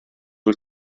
wyt